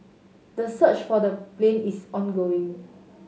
the search for the plane is ongoing